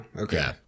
Okay